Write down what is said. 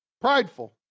Prideful